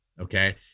okay